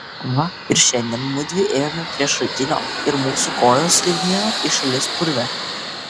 va ir šiandien mudvi ėjome prie šaltinio ir mūsų kojos slidinėjo į šalis purve